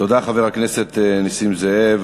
תודה, חבר הכנסת נסים זאב.